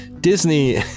Disney